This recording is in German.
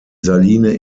saline